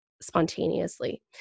spontaneously